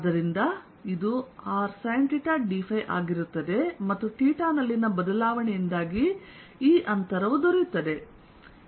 ಆದ್ದರಿಂದ ಇದು r sinθ dϕ ಆಗಿರುತ್ತದೆ ಮತ್ತು ನಲ್ಲಿನ ಬದಲಾವಣೆಯಿಂದಾಗಿ ಈ ಅಂತರವು ದೊರೆಯುತ್ತದೆ